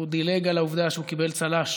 הוא דילג על העובדה שהוא קיבל צל"ש